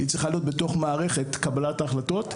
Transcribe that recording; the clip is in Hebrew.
ושצריכה להיות בתוך מערכת קבלת ההחלטות.